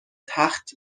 تخت